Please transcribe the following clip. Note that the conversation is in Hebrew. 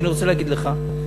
אני רוצה להגיד לך,